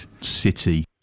city